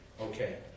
Okay